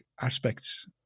aspects